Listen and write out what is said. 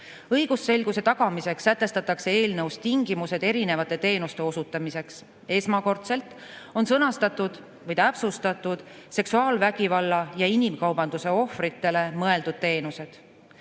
Õigusselguse tagamiseks sätestatakse eelnõus tingimused erinevate teenuste osutamiseks. Esmakordselt on sõnastatud või täpsustatud seksuaalvägivalla ja inimkaubanduse ohvritele mõeldud teenused,